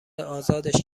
ازادش